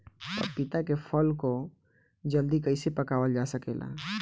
पपिता के फल को जल्दी कइसे पकावल जा सकेला?